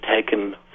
taken